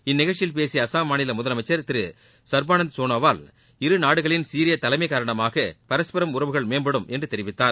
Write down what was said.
இந்நிகழ்ச்சியில் பேசிய அசாம் மாநில முதலமைச்சர் திரு சர்பானந்த சோனோவால் இருநாடுகளின் சீரிய தலைமை காரணமாக பரஸ்பரம் உறவுகள் மேம்படும் என்று தெரிவித்தார்